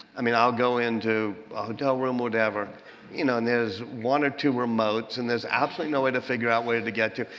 i mean, i'll go into a hotel room, whatever, you know, and there's one or two remotes and there's absolutely no way to figure out where to get to.